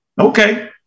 Okay